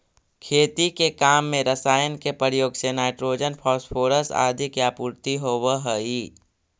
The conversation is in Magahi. खेती के काम में रसायन के प्रयोग से नाइट्रोजन, फॉस्फोरस आदि के आपूर्ति होवऽ हई